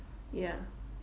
ya